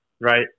right